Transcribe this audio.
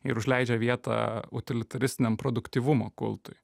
ir užleidžia vietą utilitaristiniam produktyvumo kultui